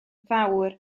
fawr